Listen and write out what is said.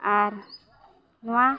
ᱟᱨ ᱱᱚᱣᱟ